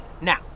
Now